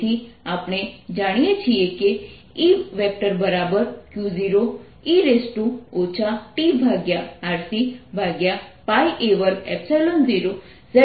તેથી આપણે જાણીએ છીએ કે E Q0e tRCa20 zછે